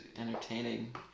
entertaining